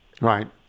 Right